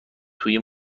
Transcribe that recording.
توی